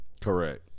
Correct